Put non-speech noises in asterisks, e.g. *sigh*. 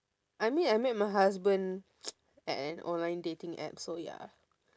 I mean I met my husband *noise* at an online dating app so ya